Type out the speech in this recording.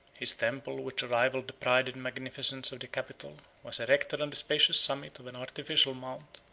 his temple, which rivalled the pride and magnificence of the capitol, was erected on the spacious summit of an artificial mount,